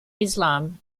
islam